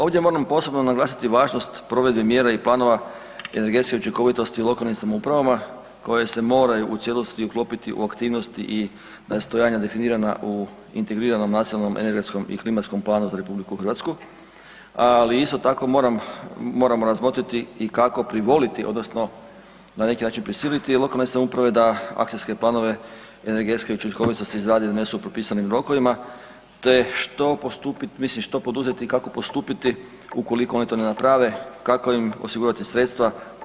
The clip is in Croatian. Ovdje moram posebno naglasiti važnost provedbe mjera i planova energetske učinkovitosti u lokalnim samoupravama koje se moraju u cijelosti uklopiti u aktivnosti i nastojanja definirana u integriranom Nacionalnom energetskom i klimatskom planu za RH, ali isto tako moram, moramo razmotriti i kako privoliti odnosno na neki način prisiliti lokalne samouprave da akcije planove energetske učinkovitosti izrade i donesu u propisanim rokovima te što postupiti, mislim što poduzeti i kako postupiti ukoliko oni to ne naprave, kako im osigurati sredstva.